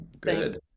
good